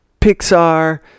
Pixar